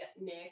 Nick